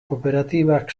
kooperatibak